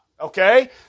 Okay